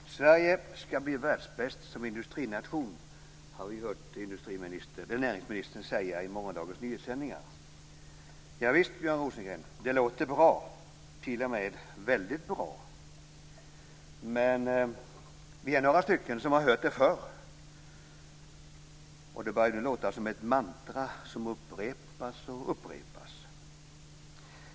Herr talman! Sverige skall bli världsbäst som industrination, har vi hört näringsministern säga i morgonens nyhetssändningar. Javisst, Björn Rosengren, det låter bra, t.o.m. väldigt bra. Men vi har hört det förr, och det börjar låta som ett mantra som upprepas och upprepas.